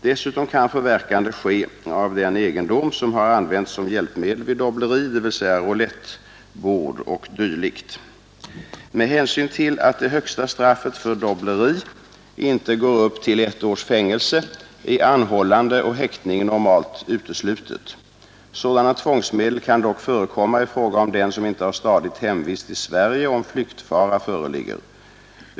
Dessutom kan förverkande ske av den egendom som har använts som hjälpmedel vid dobbleri, dvs. roulettbord o. d. Med hänsyn till att det högsta straffet för dobbleri inte går upp till ett års fängelse är anhållande och häktning normalt uteslutet. Sådana tvångsmedel kan dock förekomma i fråga om den som inte har stadigt hemvist i Sverige, om flyktfara föreligger.